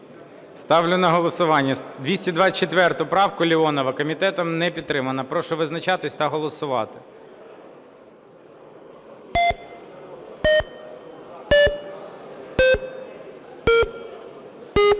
Ставлю на голосування 224 правку Леонова. Комітетом не підтримано. Прошу визначатися та голосувати. 11:19:21